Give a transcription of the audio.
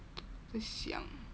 想